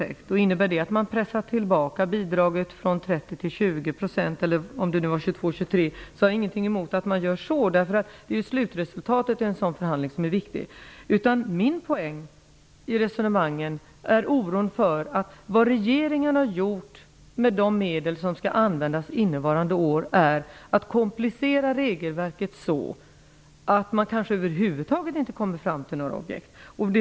Jag har inget emot att det innebär att man pressar tillbaka bidraget från 30 % till 20 %, eller om det var 22--23 %. Det är ju slutresultatet i en sådan förhandling som är viktigt. Min poäng i resonemanget om de medel som skall användas innevarande år är oron för att regeringen har gjort regelverket så komplicerat att man kanske över huvud taget inte kommer fram till några objekt.